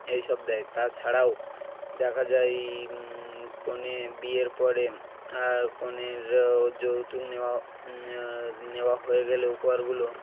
এই সব দেয় তাছাড়াও দেখা যায় কনে বিয়ের পরে আর কনের যৌতুক নেওয়া নেওয়া হয়ে গেলে উপহারগুলো